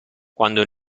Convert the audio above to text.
quando